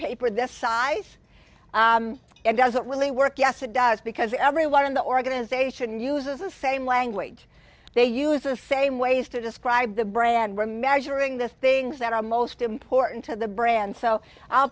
paper this size it doesn't really work yes it does because everyone in the organization uses the same language they use the same ways to describe the brand remeasuring the things that are most important to the brand so i'll